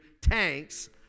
tanks